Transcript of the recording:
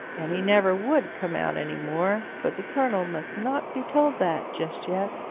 and he never would come out any more. but the colonel must not be told that just yet.